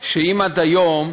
אם עד היום,